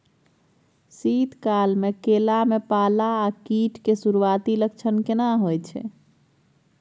शीत काल में केला में पाला आ कीट के सुरूआती लक्षण केना हौय छै?